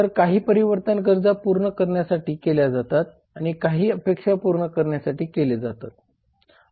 तर काही परिवर्तन गरजा पूर्ण करण्यासाठी केल्या जातात आणि काही अपेक्षा पूर्ण करण्यासाठी केले जातात